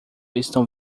estão